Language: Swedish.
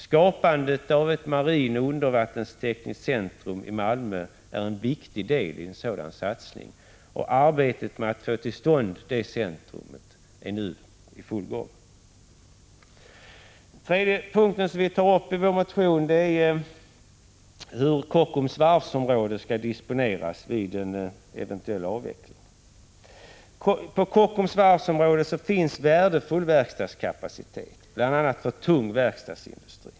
Skapandet av ett marint undervattenstekniskt centrum i Malmö är en viktig del i en sådan satsning. Arbetet med att få till stånd detta centrum är nu i full gång. Den tredje punkten i vår motion rör hur Kockums varvsområde skall disponeras efter en eventuell avveckling. På Kockums varvsområde finns värdefull verkstadskapacitet, bl.a. för tung verkstadsindustri.